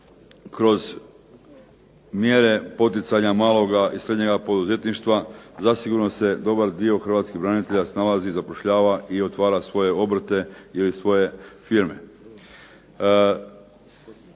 kroz mjere poticanja maloga i srednjega poduzetništva zasigurno se dobar dio hrvatskih branitelja snalazi i zapošljava i otvara svoje obrte ili svoje firme.